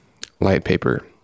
Lightpaper